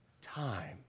time